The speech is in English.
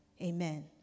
Amen